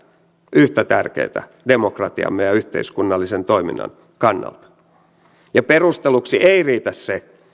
yhtä tärkeätä demokratiamme ja yhteiskunnallisen toiminnan kannalta perusteluksi ei riitä se